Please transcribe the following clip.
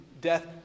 death